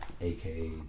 aka